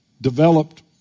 developed